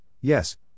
yes